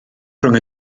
rhwng